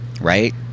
right